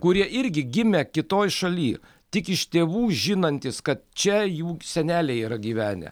kurie irgi gimę kitoj šaly tik iš tėvų žinantys kad čia jų seneliai yra gyvenę